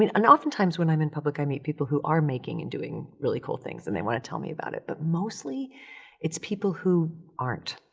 mean? and often times when i'm in public i meet people who are making and doing really cool things and they wanna tell me about it, but mostly it's people who aren't.